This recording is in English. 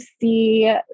see